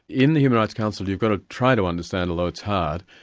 in the human rights council you've got to try to understand, although it's hard,